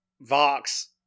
vox